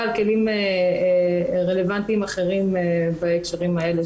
על כלים רלוונטיים אחרים בהקשרים האלה,